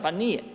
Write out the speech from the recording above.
Pa nije.